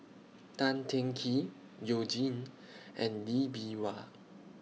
Tan Teng Kee YOU Jin and Lee Bee Wah